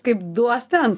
kaip duos ten